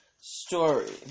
story